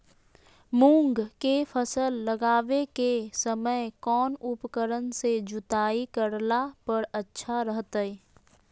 मूंग के फसल लगावे के समय कौन उपकरण से जुताई करला पर अच्छा रहतय?